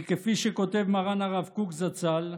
כי כפי שכותב מרן הרב קוק זצ"ל,